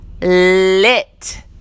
lit